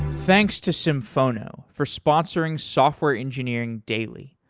thanks to symphono for sponsoring software engineering daily.